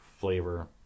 flavor